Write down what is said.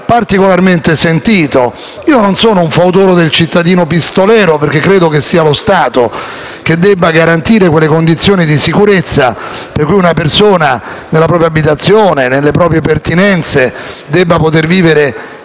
particolarmente sentito. Non sono un fautore del cittadino pistolero perché credo sia lo Stato che debba garantire le condizioni di sicurezza per cui una persona nella propria abitazione e nelle proprie pertinenze debba poter vivere